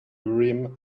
urim